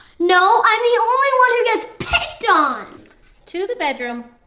no, i'm the only one who gets picked on to the bedroom!